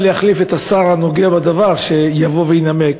להחליף את השר הנוגע בדבר ולבוא ולנמק,